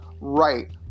Right